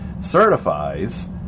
certifies